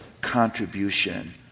contribution